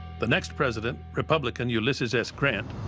the next president, republican ulysses s. grant,